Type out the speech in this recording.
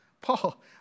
Paul